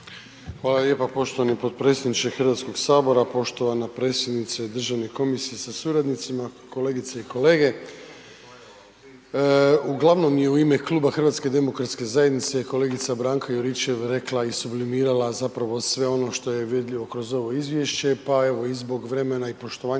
Hvala lijepa poštovani potpredsjedniče HS. Poštovana predsjednice državne komisije sa suradnicima, kolegice i kolege, uglavnom i u ime Kluba HDZ-a kolegica Branka Juričev rekla i sublimirala zapravo sve ono što je vidljivo kroz ovo izvješće, pa evo i zbog vremena i poštovanja